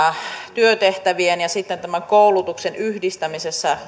työtehtävien ja tämän koulutuksen yhdistämisessä